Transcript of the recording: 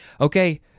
Okay